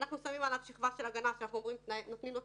אם הוא התנהג בחוסר תום לב, והגיש סתם,